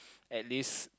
at least